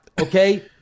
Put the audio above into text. Okay